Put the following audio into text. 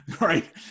Right